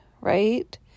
right